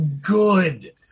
good